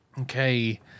Okay